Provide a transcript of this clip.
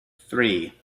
three